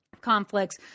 conflicts